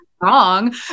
wrong